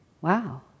Wow